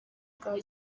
bwa